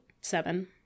seven